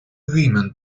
woman